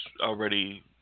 already